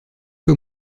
peu